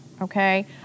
okay